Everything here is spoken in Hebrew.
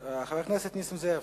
חבר הכנסת נסים זאב,